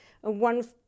One